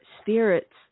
spirits